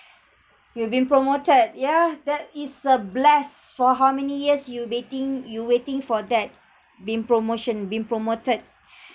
you've been promoted yeah that is a bless for how many years you waiting you waiting for that being promotion being promoted